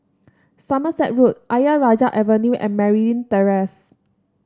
Somerset Road Ayer Rajah Avenue and Merryn Terrace